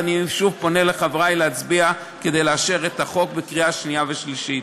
ואני שוב פונה לחברי להצביע כדי לאשר את החוק בקריאה שנייה ושלישית.